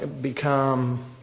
become